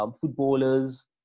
footballers